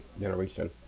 generation